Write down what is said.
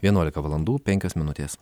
vienuolika valandų penkios minutės